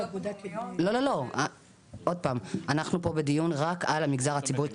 אנחנו פה בדיון רק על מגזר ציבורי.